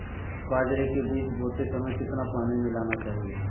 बाजरे के बीज बोते समय कितना पानी मिलाना चाहिए?